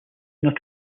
not